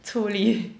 出力